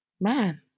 man